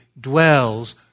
dwells